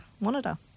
monitor